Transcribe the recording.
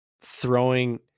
throwing